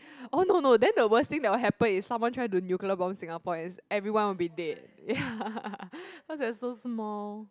oh no no then the worst thing that will happen is someone try to nuclear bomb Singapore is everyone will be dead ya cause we are so small